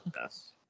yes